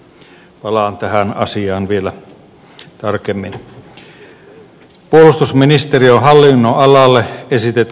palaan tähän asiaan vielä tarkemmin